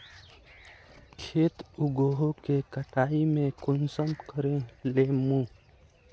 खेत उगोहो के कटाई में कुंसम करे लेमु?